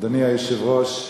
אדוני היושב-ראש,